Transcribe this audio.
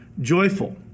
Joyful